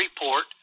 report